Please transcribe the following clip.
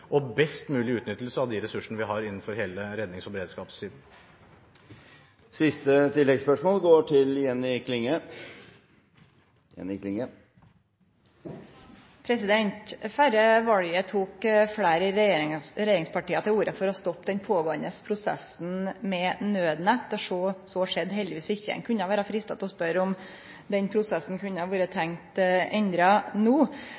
og best mulig utnyttelse av de ressursene vi har innenfor hele rednings- og beredskapssektoren. Jenny Klinge – til oppfølgingsspørsmål. Før valet tok fleire i regjeringspartia til orde for å stoppe prosessen med naudnett, som no er i gang. Det skjedde heldigvis ikkje. Ein kunne vere freista til å spørje om den prosessen kunne ha vore tenkt endra no.